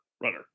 runner